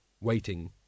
waiting